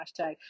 hashtag